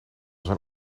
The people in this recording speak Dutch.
zijn